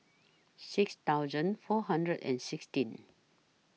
six thousand four hundred and sixteen